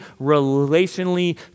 relationally